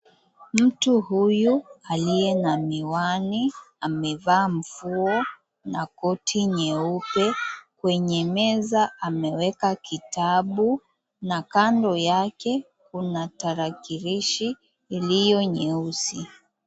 Mtu huyu aliye na miwani amevaa shati na koti jeupe. Kwenye meza ameweka kitabu, na kando yake kuna tarakilishi nyeusi.